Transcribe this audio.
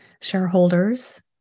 shareholders